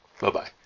Bye-bye